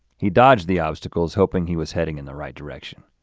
he dodged the obstacles hoping he was heading in the right direction.